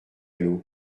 l’eau